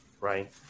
Right